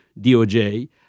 DOJ